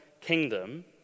kingdom